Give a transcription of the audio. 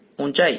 વિધાર્થી ઊંચાઈ